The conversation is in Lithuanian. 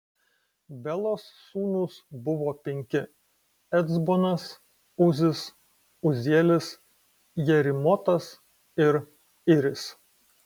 belos sūnūs buvo penki ecbonas uzis uzielis jerimotas ir iris